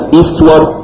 eastward